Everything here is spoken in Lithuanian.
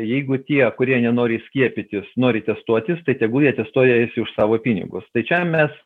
jeigu tie kurie nenori skiepytis nori testuotis tai tegu jie testuojasi už savo pinigus tai čia mes